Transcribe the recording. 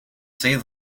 say